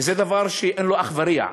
וזה דבר שאין לו אח ורע,